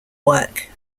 work